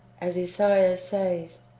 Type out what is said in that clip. as esaias says,